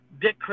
dick